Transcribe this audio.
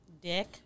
Dick